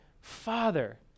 Father